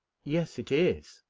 yes, it is.